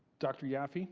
dr yaffe,